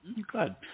Good